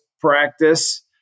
practice